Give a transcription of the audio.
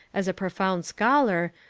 as a profound scholar,